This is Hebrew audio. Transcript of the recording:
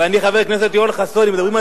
אני, חבר כנסת יואל חסון, אם מדברים על